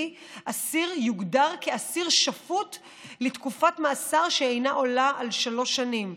אסיר יוגדר כאסיר שפוט לתקופת מאסר שאינה עולה על שלוש שנים,